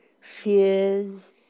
fears